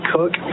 Cook